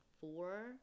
four